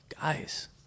guys